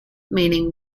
meaning